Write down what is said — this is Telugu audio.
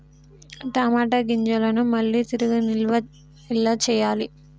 టమాట గింజలను మళ్ళీ తిరిగి నిల్వ ఎలా చేయాలి?